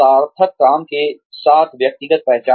सार्थक काम के साथ व्यक्तिगत पहचान